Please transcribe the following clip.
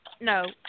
No